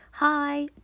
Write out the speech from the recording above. Hi